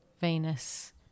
Venus